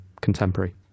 contemporary